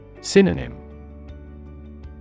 Synonym